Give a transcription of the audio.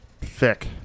thick